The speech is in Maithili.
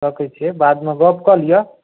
सभकिछु छै बादमे गप्प कऽ लिअ